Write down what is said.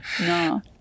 No